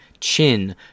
chin